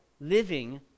living